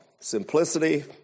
Simplicity